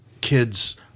kids